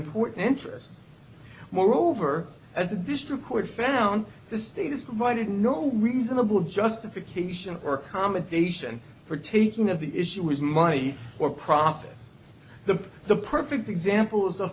important interest moreover as the district court found the state is provided no reasonable justification for commendation for taking of the issue is money or profits the the perfect example is the